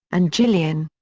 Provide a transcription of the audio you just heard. and gillian.